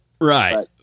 Right